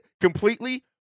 completely